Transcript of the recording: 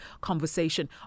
conversation